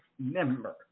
member